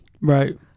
Right